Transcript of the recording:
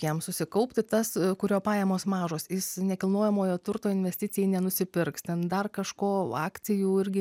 jam susikaupti tas kurio pajamos mažos jis nekilnojamojo turto investicijai nenusipirks ten dar kažko akcijų irgi